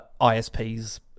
ISPs